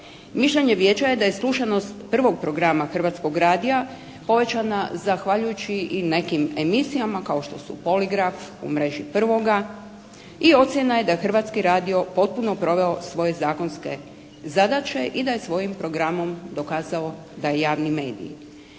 Mišljenje Vijeća je da je slušanost 1. programa Hrvatskog radija povećana zahvaljujući i nekim emisijama kao što su "Poligraf" u mreži 1. i ocjena je da Hrvatski radio potpuno proveo svoje zakonske zadaće i da je svojim programom dokazao da je javni medij.